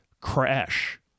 crash